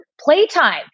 playtime